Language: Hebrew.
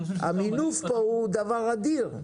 המינוף פה הוא דבר אדיר.